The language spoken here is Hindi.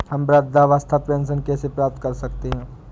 हम वृद्धावस्था पेंशन कैसे प्राप्त कर सकते हैं?